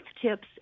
TIPS